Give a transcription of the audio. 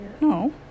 No